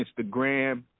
Instagram